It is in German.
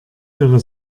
ihre